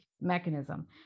mechanism